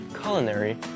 culinary